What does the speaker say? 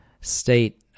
state